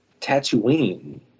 Tatooine